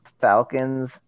Falcons